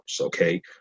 Okay